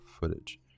footage